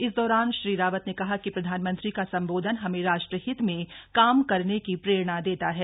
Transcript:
इस दौरान श्री रावत ने कहा कि प्रधानमंत्री का सम्बोधन हमें राष्ट्र हित में काम करने की प्रेरणा देता है